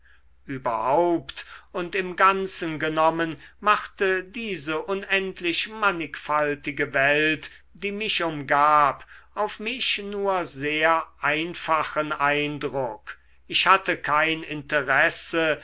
überhaupt und im ganzen genommen machte diese unendlich mannigfaltige welt die mich umgab auf mich nur sehr einfachen eindruck ich hatte kein interesse